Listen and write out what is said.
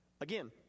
Again